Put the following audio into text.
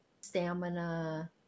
stamina